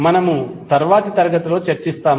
మనము తరువాతి తరగతిలో చర్చిస్తాము